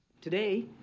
Today